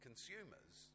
Consumers